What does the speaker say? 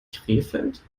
krefeld